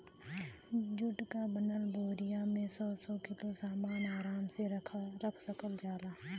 जुट क बनल बोरिया में सौ सौ किलो सामन आराम से रख सकल जाला